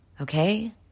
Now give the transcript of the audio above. okay